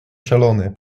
szalony